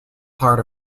part